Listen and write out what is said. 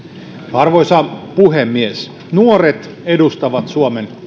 arvoisa puhemies nuoret edustavat suomen